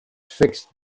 fixed